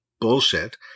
bullshit